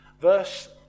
verse